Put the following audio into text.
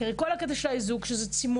כי הרי כל הקטע של האיזוק הוא שזה צמוד